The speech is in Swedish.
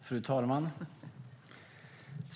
Fru talman!